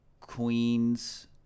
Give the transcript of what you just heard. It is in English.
Queens